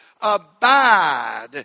abide